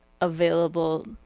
available